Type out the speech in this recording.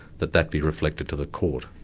that that be reflected to the court.